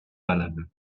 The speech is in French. valable